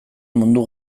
mundu